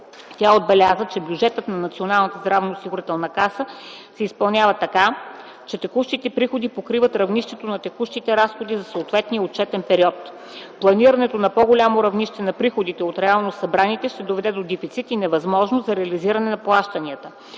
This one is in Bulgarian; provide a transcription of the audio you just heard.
Тя отбеляза, че бюджетът на НЗОК се изпълнява така, че текущите приходи покриват равнището на текущите разходи за съответния отчетен период. Планирането на по-голямо равнище на приходите от реално събраните ще доведе до дефицит и невъзможност за реализиране на плащанията.